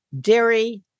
dairy